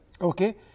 Okay